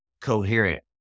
coherent